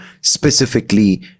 specifically